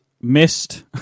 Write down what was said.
missed